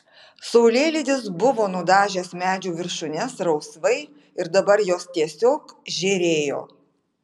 saulėlydis buvo nudažęs medžių viršūnes rausvai ir dabar jos tiesiog žėrėjo